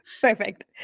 Perfect